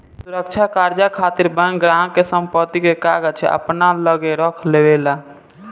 सुरक्षा कर्जा खातिर बैंक ग्राहक के संपत्ति के कागज अपना लगे रख लेवे ला